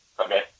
Okay